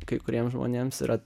kai kuriems žmonėms yra